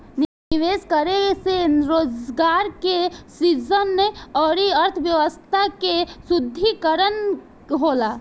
निवेश करे से रोजगार के सृजन अउरी अर्थव्यस्था के सुदृढ़ीकरन होला